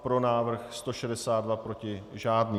Pro návrh 162, proti žádný.